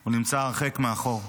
הוא נמצא הרחק מאחור.